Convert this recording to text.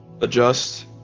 adjust